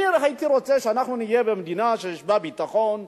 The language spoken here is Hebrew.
אני הייתי רוצה שאנחנו נהיה במדינה שיש בה ביטחון,